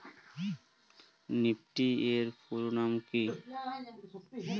Nifty এর পুরোনাম কী?